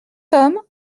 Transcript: homme